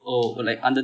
oh like அந்த:antha